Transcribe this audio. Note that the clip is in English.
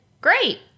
great